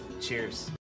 Cheers